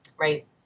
Right